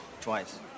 twice